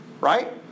Right